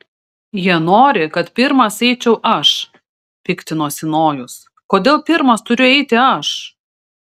jie nori kad pirmas eičiau aš piktinosi nojus kodėl pirmas turiu eiti aš